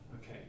Okay